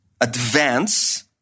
advance